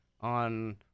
on